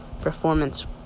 performance